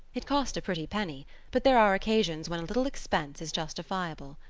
it cost a pretty penny but there are occasions when a little expense is justifiable.